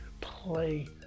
play